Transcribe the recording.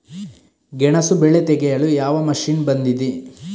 ಗೆಣಸು ಬೆಳೆ ತೆಗೆಯಲು ಯಾವ ಮಷೀನ್ ಬಂದಿದೆ?